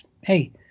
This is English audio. hey